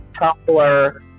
Tumblr